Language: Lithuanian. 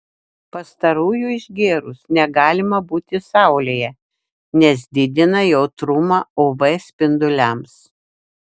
pastarųjų išgėrus negalima būti saulėje nes didina jautrumą uv spinduliams